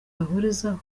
bahurizaho